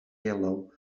yellow